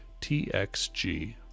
TXG